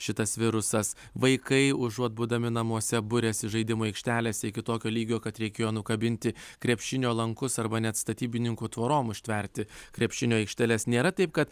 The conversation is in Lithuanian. šitas virusas vaikai užuot būdami namuose buriasi žaidimų aikštelėse iki tokio lygio kad reikėjo nukabinti krepšinio lankus arba net statybininkų tvorom užtverti krepšinio aikšteles nėra taip kad